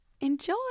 enjoy